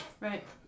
Right